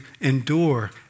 endure